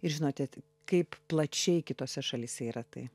ir žinote kaip plačiai kitose šalyse yra tai